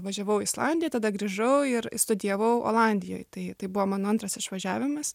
važiavau į islandiją tada grįžau ir studijavau olandijoj tai tai buvo mano antras išvažiavimas